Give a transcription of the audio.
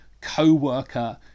co-worker